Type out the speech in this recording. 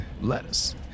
lettuce